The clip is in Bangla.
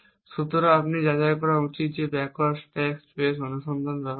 সুতরাং আপনার যাচাই করা উচিত যে ব্যাকওয়ার্ড স্ট্যাক স্পেস অনুসন্ধান ব্যবহার করে